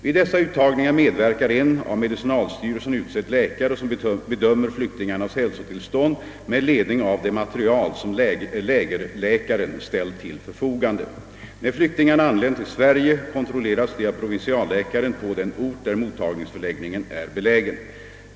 Vid dessa uttagningar medverkar en av medicinalstyrelsen utsedd läkare, som bedömer flyktingarnas hälsotillstånd med ledning av det material som lägerläkaren ställt till förfogande. När flyktingarna anlänt till Sverige, kontrolleras de av provinsialläkaren på den ort där mottagningsförläggningen är belägen.